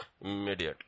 immediately